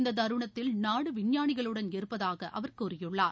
இந்தத் தருணத்தில் நாடு விஞ்ஞானிகளுடன் இருப்பதாக அவர் கூறியுள்ளார்